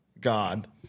god